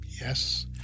Yes